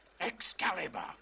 Excalibur